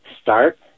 start